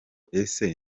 ese